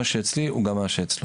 מה שאצלי הוא גם מה שאצלו.